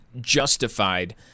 justified